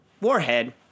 warhead